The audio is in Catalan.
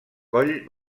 coll